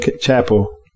chapel